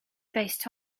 based